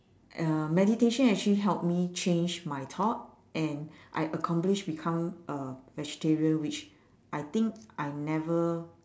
uh meditation actually help me change my thought and I accomplish become a vegetarian which I think I never